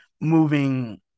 moving